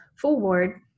forward